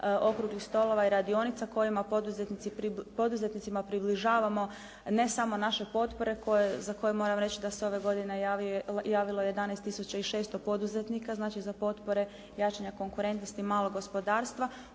okruglih stolova i radionica kojima poduzetnicima približavamo ne samo naše potpore za koje moram reći da su ove godine javilo 11 tisuća i 600 poduzetnika znači za potpore jačanja konkurentnosti malog gospodarstva